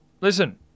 Listen